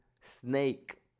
snake